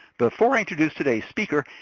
before i introduce today's speaker,